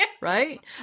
Right